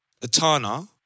Atana